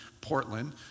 Portland